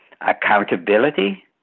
accountability